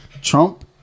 Trump